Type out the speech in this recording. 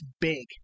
big